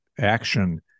action